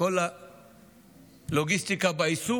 כל הלוגיסטיקה והאיסוף,